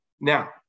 now